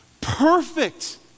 perfect